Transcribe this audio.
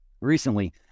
recently